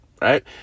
right